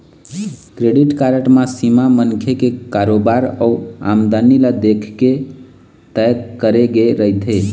credit card म सीमा मनखे के कारोबार अउ आमदनी ल देखके तय करे गे रहिथे